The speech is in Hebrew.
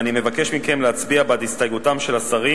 ואני מבקש מכם להצביע בעד הסתייגותם של השרים